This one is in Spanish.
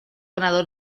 ganador